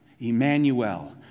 Emmanuel